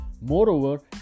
Moreover